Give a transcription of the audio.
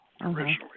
originally